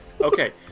Okay